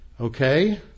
Okay